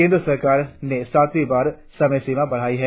केंद्र सरकार ने सातवीं बार समय सीमा बढ़ाई है